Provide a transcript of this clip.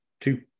two